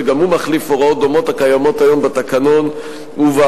וגם הוא מחליף הוראות דומות הקיימות היום בתקנון ובהחלטות.